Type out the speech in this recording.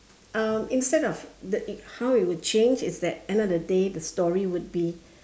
um instead of that it how it would change it's that end of the day the story would be